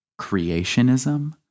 creationism